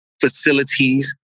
facilities